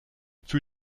für